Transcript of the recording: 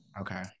okay